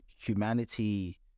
humanity